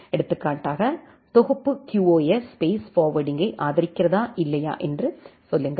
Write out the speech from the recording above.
எடுத்துக்காட்டாக தொகுப்பு QoS space ஃபார்வர்டிங்கை ஆதரிக்கிறதா இல்லையா என்று சொல்லுங்கள்